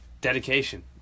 dedication